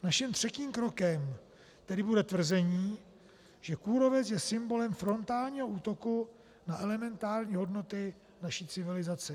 Naším třetím krokem tedy bude tvrzení, že kůrovec je symbolem frontálního útoku na elementární hodnoty naší civilizace.